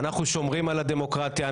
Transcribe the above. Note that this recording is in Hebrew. אנחנו שומרים על הדמוקרטיה.